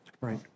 Right